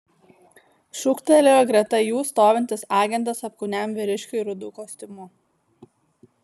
šūktelėjo greta jų stovintis agentas apkūniam vyriškiui rudu kostiumu